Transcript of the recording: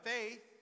faith